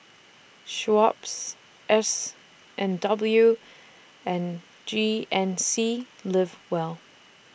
Schweppes S and W and G N C Live Well